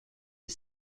est